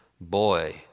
boy